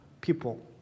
people